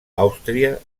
àustria